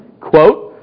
quote